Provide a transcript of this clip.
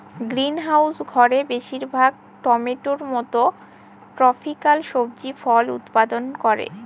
greenhouse ঘরে বেশির ভাগ টমেটোর মত ট্রপিকাল সবজি ফল উৎপাদন করে